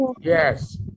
Yes